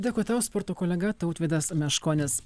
dėkui tau sporto kolega tautvydas meškonis